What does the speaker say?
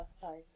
Sorry